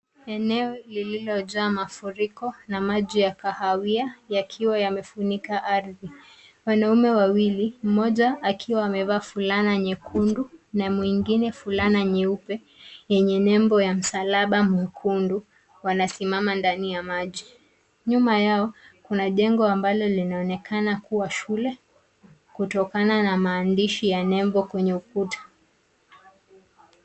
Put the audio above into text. Eneo lililojaa mafuriko, na maji ya kahawia, yakiwa yamefunika ardhi .Wanaume wawili mmoja akiwa amevaa fulana nyekundu, na mwingine fulana nyeupe, yenye nembo ya msalaba mwekundu. Wanasimama ndani ya maji. nyuma yao, kuna jengo ambalo linaonekana kuwa shule, kutokana na maandishi ya nembo kwenye ukuta.